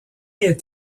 est